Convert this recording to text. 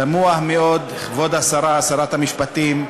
תמוה מאוד שכבוד השרה, שרת המשפטים,